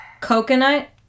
Coconut